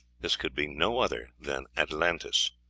this could be no other than, atlantis.